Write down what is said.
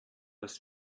das